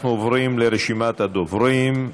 אנחנו עוברים לרשימת הדוברים.